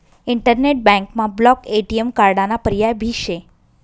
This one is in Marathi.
इंटरनेट बँकमा ब्लॉक ए.टी.एम कार्डाना पर्याय भी शे